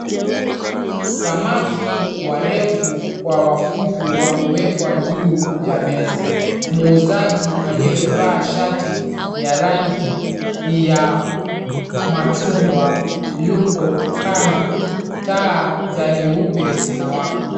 Samaki warefu kwa wafupi wamewekwa juu ya meza. Muuzaji aliyevaa shati ya rangi ya machungwa yupo kando. Taa za nyeupe zinawaka.